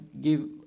give